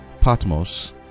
Patmos